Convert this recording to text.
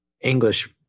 english